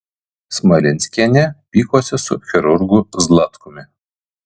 smalinskienė pykosi su chirurgu zlatkumi